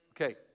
okay